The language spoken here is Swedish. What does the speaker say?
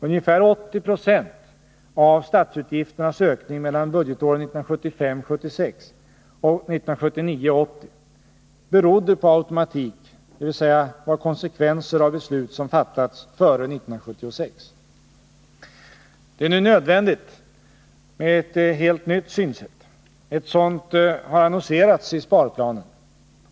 Ungefär 80 96 av statsutgifternas ökning mellan budgeten 1975 80 berodde på sådan automatik, dvs. var konsekvenser av beslut som fattats före 1976. Det är nu nödvändigt med ett helt nytt synsätt. Ett sådant har annonserats i sparplanen.